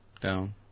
Down